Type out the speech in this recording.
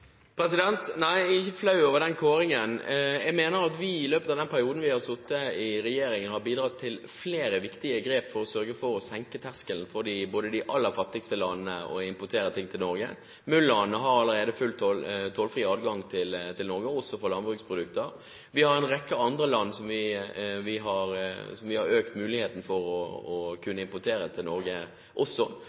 Nei, jeg er ikke flau over den kåringen. Jeg mener at vi i løpet av den perioden vi har sittet i regjering, har bidratt til flere viktige grep for å sørge for å senke terskelen for at de aller fattigste landene kan importere ting til Norge. MUL-landene har allerede tollfri adgang til Norge, også for landbruksprodukter. For en rekke andre land har vi også økt muligheten for å kunne importere til Norge